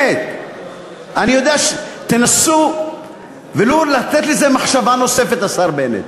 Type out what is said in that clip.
באמת, תנסו ולו לתת לזה מחשבה נוספת, השר בנט.